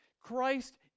Christ